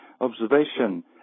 observation